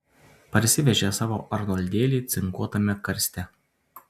parsivežė savo arnoldėlį cinkuotame karste